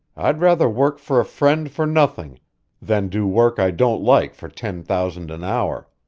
i'd rather work for a friend for nothing than do work i don't like for ten thousand an hour.